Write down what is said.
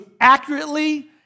accurately